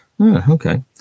Okay